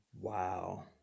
Wow